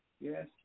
yes